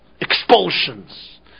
expulsions